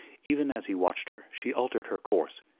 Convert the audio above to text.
even as he watched her she altered her course,